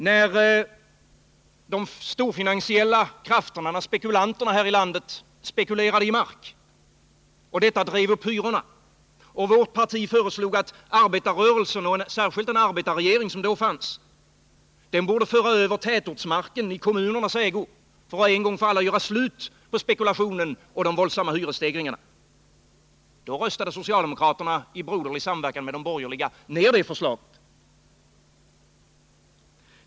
När de storfinansiella krafterna här i landet spekulerade i mark så att hyrorna drevs upp, och vårt parti föreslog att arbetarrörelsen, och särskilt den regering som då fanns, borde föra över tätortsmarken i kommunernas ägo för att en gång för alla göra slut på både spekulationen och de våldsamma hyresstegringarna, då röstade socialdemokraterna i broderlig samverkan med de borgerliga ner det förslaget.